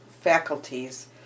faculties